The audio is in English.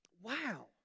Wow